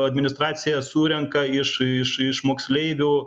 administracija surenka iš iš iš moksleivių